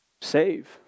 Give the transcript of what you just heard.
save